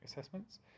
assessments